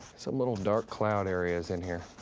some little dark cloud areas in here.